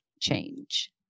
change